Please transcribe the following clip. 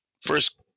first